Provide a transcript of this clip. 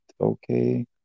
okay